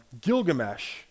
gilgamesh